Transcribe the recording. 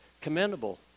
commendable